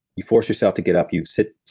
you force yourself to get up, you sit.